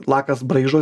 lakas braižosi